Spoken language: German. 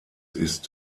ist